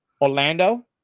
Orlando